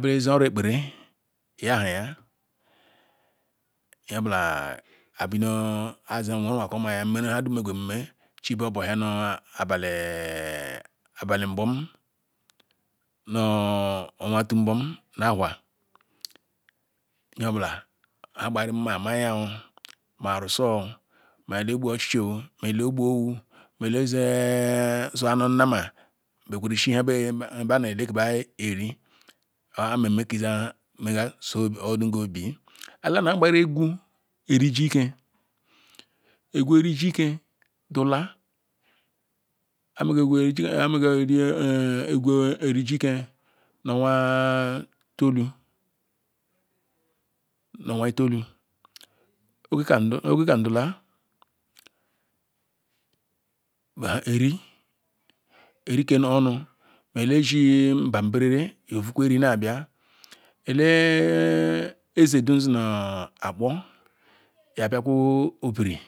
banu ozeh oro ekpere nyahiaya nyeobula ayi bidoh ayi zeh nwuru makor miyah weh gwe bumeh chibahotani abali mbom nu etu mbom na wah nyeobula agbari mah elegbu ewu ezeh zu amoh nnama beh gweru ishi nii eloke bsh jor eri ohame otu izuani so odu ngu obie etu elena gbara eguru ri jiukeh egwe riji ukeh dula ayi mega egwu emji ute nu owah itulu nu owah itolu owah kam dula bia eri eri keh nonu mah eleshi mba berel neh vukwe nri na-abia ele eze dum nzini Akpor yabiakwe.